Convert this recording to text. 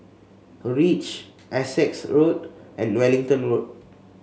reach Essex Road and Wellington Road